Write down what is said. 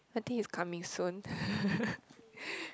I think it's coming soon